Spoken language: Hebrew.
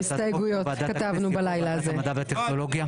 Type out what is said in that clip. במקום 'ועדת הכנסת' יבוא 'ועדת המדע והטכנולוגיה'.